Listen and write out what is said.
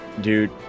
dude